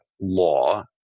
law